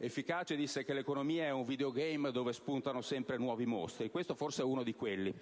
efficace, disse che l'economia è un *videogame* dove spuntano sempre nuovi mostri. Questo forse è uno di quelli.